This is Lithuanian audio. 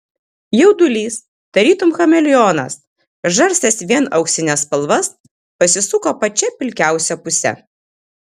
jaudulys tarytum chameleonas žarstęs vien auksines spalvas pasisuko pačia pilkiausia puse